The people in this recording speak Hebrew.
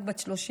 רק בת 31,